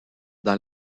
dans